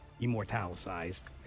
Immortalized